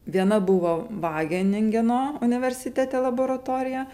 viena buvo vageningeno universitete laboratorija